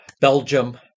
Belgium